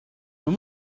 when